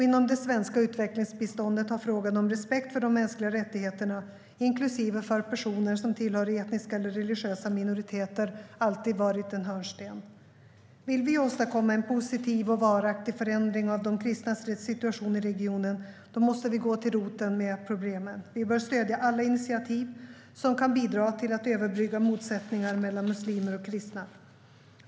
Inom det svenska utvecklingsbiståndet har frågan om respekt för de mänskliga rättigheterna, inklusive för personer som tillhör etniska eller religiösa minoriteter, alltid varit en hörnsten. Vill vi åstadkomma en positiv och varaktig förändring av de kristnas situation i regionen måste vi gå till roten med problemen. Vi bör stödja alla initiativ som kan bidra till att överbrygga motsättningar mellan muslimer och kristna.